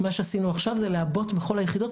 מה שעשינו עכשיו זה לעבות בכל היחידות,